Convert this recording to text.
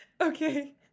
okay